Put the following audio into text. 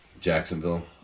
Jacksonville